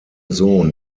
sohn